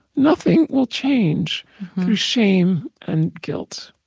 nothing will change through shame and guilt.